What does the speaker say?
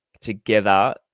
together